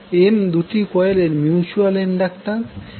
M দুটি কোয়েলের mutual inductance